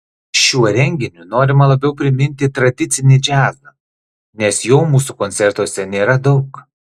šiuo renginiu norima labiau priminti tradicinį džiazą nes jo mūsų koncertuose nėra daug